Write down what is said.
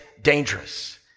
dangerous